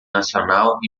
nacional